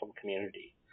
community